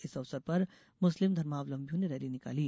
इस अवसर पर मुस्लिम धर्मावलम्बियों ने रैली निकाली